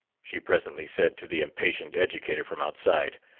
she presently said to the impatient educator from outside,